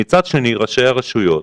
מצד שני, ראשי רשויות